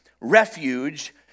refuge